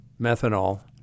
methanol